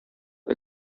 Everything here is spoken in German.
ihr